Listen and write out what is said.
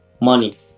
money